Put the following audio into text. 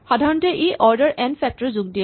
সাধাৰণতে ই order n factor যোগ দিয়ে